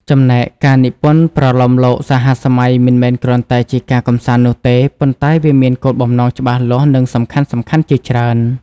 ចំំណែកការនិពន្ធប្រលោមលោកសហសម័យមិនមែនគ្រាន់តែជាការកម្សាន្តនោះទេ ប៉ុន្តែវាមានគោលបំណងច្បាស់លាស់ និងសំខាន់ៗជាច្រើន។